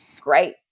great